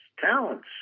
talents